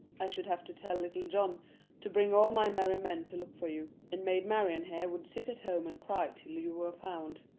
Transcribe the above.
i should have to tell little john to bring all my merry men to look for you, and maid marian here would sit at home and cry till you were found.